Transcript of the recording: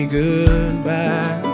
goodbye